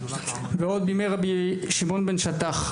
עוד בימי רבי שמעון בן שטח,